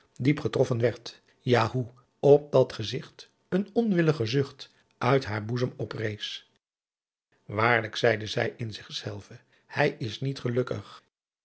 diep getroffen werd ja hoe op dat gezigt een onwillige zucht uit haar boezem oprees waarlijk zeide zij in zich zelve hij is niet gelukkig